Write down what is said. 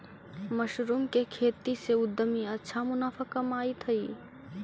mushroom के खेती से उद्यमी अच्छा मुनाफा कमाइत हइ